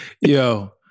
Yo